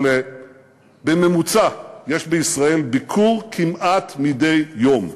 אבל בממוצע יש בישראל ביקור כמעט מדי יום.